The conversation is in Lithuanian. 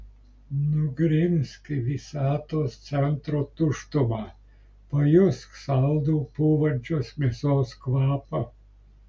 nugrimzk į visatos centro tuštumą pajusk saldų pūvančios mėsos kvapą